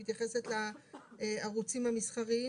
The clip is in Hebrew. שמתייחסת לערוצים המסחריים